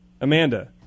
Amanda